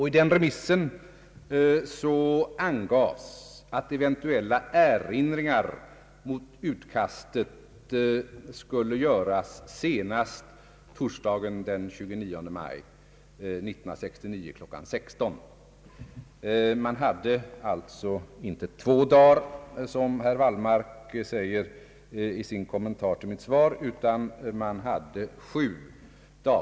I den remissen angavs att eventuella erinringar mot utkastet skulle göras senast torsdagen den 29 maj 1969 kl. 16.00. Man hade alltså inte två dagar på sig, som herr Wallmark säger i sin kommentar till mitt svar, utan man hade sju dagar.